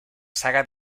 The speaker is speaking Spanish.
saga